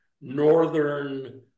northern